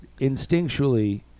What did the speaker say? instinctually